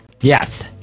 Yes